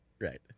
Right